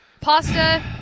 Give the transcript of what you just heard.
Pasta